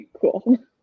Cool